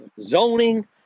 zoning